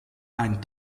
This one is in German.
ein